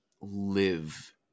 live